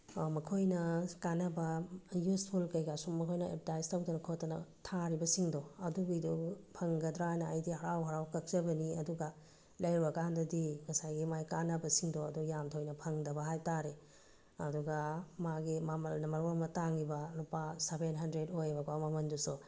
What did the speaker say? ꯃꯈꯣꯏꯅ ꯀꯥꯟꯅꯕ ꯌꯨꯁꯐꯨꯜ ꯀꯩꯀꯥ ꯁꯨꯝ ꯃꯈꯣꯏꯅ ꯑꯦꯠꯚꯔꯇꯥꯏꯖ ꯇꯧꯗꯅ ꯈꯣꯠꯇꯅ ꯊꯥꯔꯤꯕꯁꯤꯡꯗꯣ ꯑꯗꯨꯒꯤꯗꯣ ꯐꯪꯒꯗ꯭ꯔꯥꯅ ꯑꯩꯗꯤ ꯍꯔꯥꯎ ꯍꯔꯥꯎ ꯀꯛꯆꯕꯅꯤ ꯑꯗꯨꯒ ꯂꯩꯔꯨꯔꯀꯥꯟꯗꯗꯤ ꯉꯁꯥꯏꯒꯤ ꯃꯥꯏ ꯀꯥꯟꯅꯕꯁꯤꯡꯗꯣ ꯑꯗꯣ ꯌꯥꯝ ꯊꯣꯏꯅ ꯐꯪꯗꯕ ꯍꯥꯏꯕ ꯇꯥꯔꯦ ꯑꯗꯨꯒ ꯃꯥꯒꯤ ꯃꯃꯜꯅ ꯃꯔꯣꯜ ꯑꯃ ꯇꯥꯡꯉꯤꯕ ꯂꯨꯄꯥ ꯁꯕꯦꯟ ꯍꯟꯗ꯭ꯔꯦꯠ ꯑꯣꯏꯕ ꯀꯣ ꯃꯃꯜꯗꯨꯁꯨ